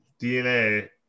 DNA